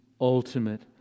ultimate